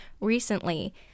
recently